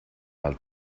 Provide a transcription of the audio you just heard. mal